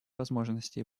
возможности